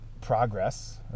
progress